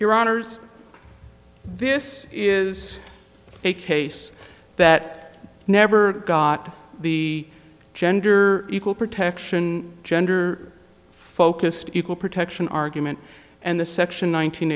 your honors this is a case that never got the gender equal protection gender focused equal protection argument and the section